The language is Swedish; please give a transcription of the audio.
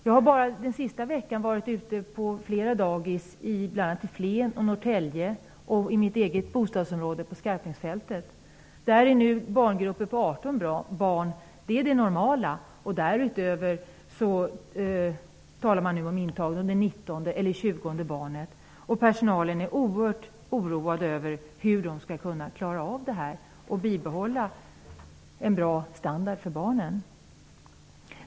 Jag har bara under den senaste veckan varit ute på flera dagis bl.a. i Flen och Norrtälje och i mitt eget bostadsområde på Skarpnäcksfältet. Där är nu grupper på 18 barn det normala, och därutöver talar man nu om att ta in ett nittonde eller tjugonde barn. Personalen är oerhört oroad över hur de skall kunna klara av det här och bibehålla en bra standard för barnen.